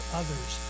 others